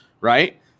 right